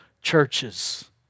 churches